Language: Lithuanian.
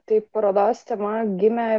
tai parodos tema gimė